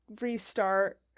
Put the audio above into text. restart